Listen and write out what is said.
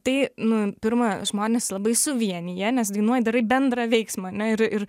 tai nu pirma žmones labai suvienija nes dainuoji darai bendrą veiksmą ne ir ir